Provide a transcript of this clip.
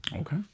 Okay